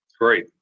Great